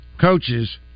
coaches